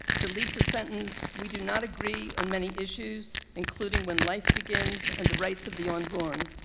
delete the sentence we do not agree on many issues, including when life begins and the rights of the ah unborn.